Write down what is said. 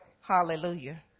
Hallelujah